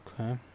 Okay